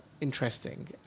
interesting